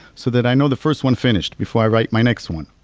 so that i know the first one finished before i write my next one.